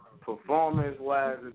Performance-wise